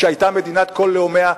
שהיתה מדינת כל לאומיה,